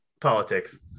Politics